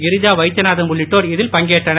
இரிஜா வைத்தியநாதன் உள்ளிட்டோர் இதில் பங்கேற்றனர்